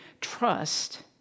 trust